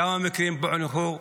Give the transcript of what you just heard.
כמה מקרים פוענחו?